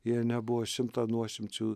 jie nebuvo šimtą nuošimčių